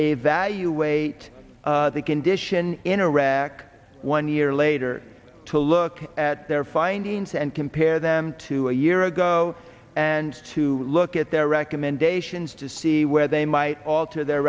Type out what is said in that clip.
a value wait the condition in iraq one year later to look at their findings and compare them to a year ago and to look at their recommendations to see where they might alter their